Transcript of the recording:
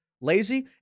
lazy